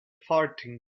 farting